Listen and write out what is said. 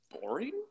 boring